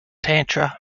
tantra